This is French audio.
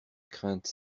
crainte